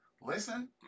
listen